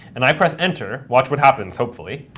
and i press enter, watch what happens, hopefully.